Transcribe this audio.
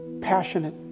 passionate